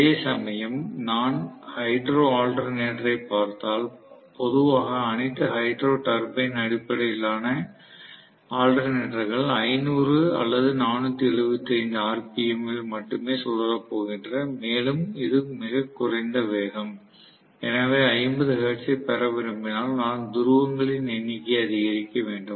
அதேசமயம் நான் ஹைட்ரோ ஆல்டர்னேட்டரைப் பார்த்தால் பொதுவாக அனைத்து ஹைட்ரோ டர்பைன் அடிப்படையிலான ஆல்டர்னேட்டர்கள் 500 அல்லது 475 RPM ல் மட்டுமே சுழல போகின்றன மேலும் இது மிகக் குறைந்த வேகம் எனவே 50 ஹெர்ட்ஸைப் பெற விரும்பினால் நான் துருவங்களில் எண்ணிக்கையை அதிகரிக்க வேண்டும்